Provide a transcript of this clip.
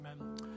Amen